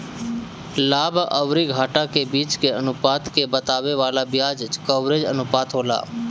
लाभ अउरी घाटा के बीच के अनुपात के बतावे वाला बियाज कवरेज अनुपात होला